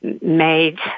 made